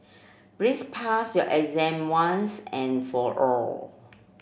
please pass your exam once and for all